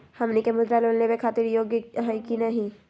हमनी के मुद्रा लोन लेवे खातीर योग्य हई की नही?